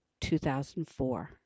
2004